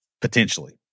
potentially